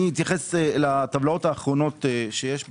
אני מתייחס לטבלאות האחרונות שיש בדוח,